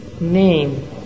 name